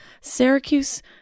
Syracuse